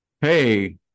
hey